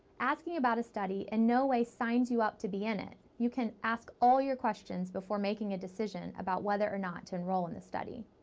asking about a study in no way signs you up to be in it. you can ask all your questions before making a decision about whether or not to enroll in the study.